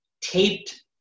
taped